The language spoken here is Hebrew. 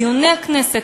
דיוני הכנסת,